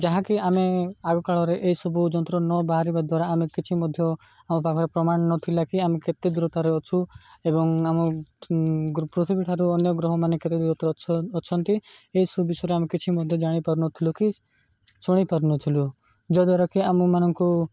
ଯାହାକି ଆମେ ଆଗକାଳରେ ଏହିସବୁ ଯନ୍ତ୍ର ନ ବାହାରିବା ଦ୍ୱାରା ଆମେ କିଛି ମଧ୍ୟ ଆମ ପାଖରେ ପ୍ରମାଣ ନଥିଲା କି ଆମେ କେତେ ଦୂରତରେ ଅଛୁ ଏବଂ ଆମ ପୃଥିବୀ ଠାରୁ ଅନ୍ୟ ଗ୍ରହମାନେ କେତେ ଦୂରତରେ ଅ ଅଛନ୍ତି ଏହିସବୁ ବିଷୟରେ ଆମେ କିଛି ମଧ୍ୟ ଜାଣିପାରୁନଥିଲୁ କି ଶୁଣିପାରୁନଥିଲୁ ଯଦ୍ୱାରା କିି ଆମମାନଙ୍କୁ